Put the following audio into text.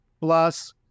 plus